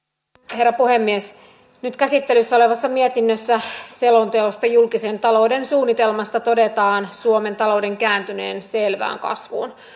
herra puhemies nyt käsittelyssä olevassa mietinnössä selonteosta julkisen talouden suunnitelmasta todetaan suomen talouden kääntyneen selvään kasvuun